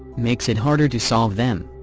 makes it harder to solve them.